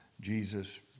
Jesus